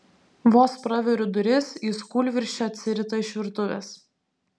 vos praveriu duris jis kūlvirsčia atsirita iš virtuvės